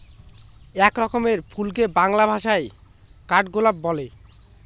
এক রকমের ফুলকে বাংলা ভাষায় কাঠগোলাপ বলে